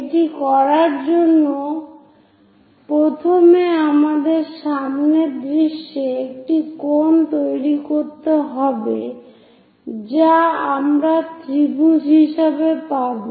এটি করার জন্য প্রথমে আমাদের সামনের দৃশ্যে একটি কোন তৈরি করতে হবে যা আমরা ত্রিভুজ হিসাবে পাব